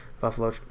Buffalo